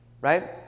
right